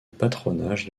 patronage